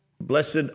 Blessed